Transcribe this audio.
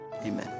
Amen